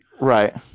right